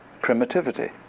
primitivity